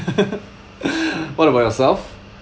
what about yourself